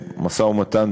משא-ומתן,